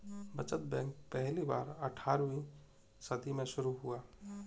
बचत बैंक पहली बार अट्ठारहवीं सदी में शुरू हुआ